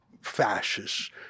fascists